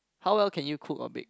how well can you cook or bake